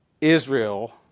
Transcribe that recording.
Israel